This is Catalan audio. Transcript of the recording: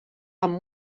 amb